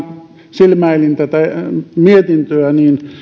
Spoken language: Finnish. silmäilin tätä mietintöä